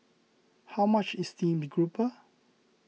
how much is Steamed Garoupa